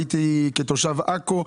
כתושב עכו,